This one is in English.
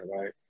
right